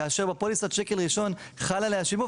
כאשר בפוליסת שקל ראשון חל עליה שיבוב,